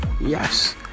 yes